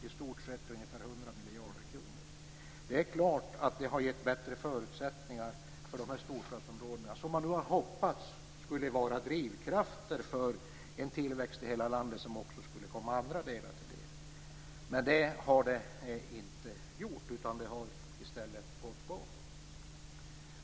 I stort sett rörde det sig om ungefär 100 miljarder kronor. Det är klart att detta har gett bättre förutsättningar för dessa storstadsområden, som man har hoppats skulle bli drivkrafter för en tillväxt som skulle komma också andra landsdelar till godo. Så har dock inte blivit fallet, utan det har i stället gått bakåt.